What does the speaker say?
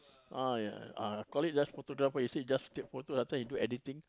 ah ya ah I call it just photographer he say just take photo last time he do editing